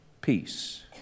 Peace